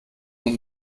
und